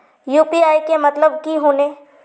UPI के मतलब की होने?